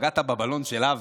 פגעת בבלון של אבי,